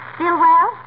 Stillwell